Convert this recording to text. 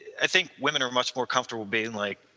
i think women are much more comfortable being like,